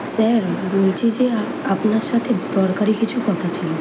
sir বলছি যে আপনার সাথে দরকারি কিছু কথা ছিল